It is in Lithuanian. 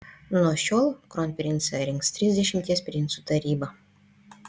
nuo šiol kronprincą rinks trisdešimties princų taryba